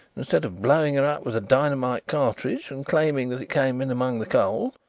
instead of blowing her up with a dynamite cartridge and claiming that it came in among the coal.